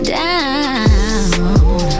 down